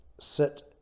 sit